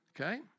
okay